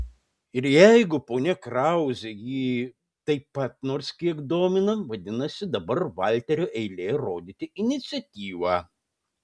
ir jeigu ponia krauzė jį taip pat nors kiek domina vadinasi dabar valterio eilė rodyti iniciatyvą